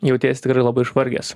jauties tikrai labai išvargęs